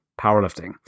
powerlifting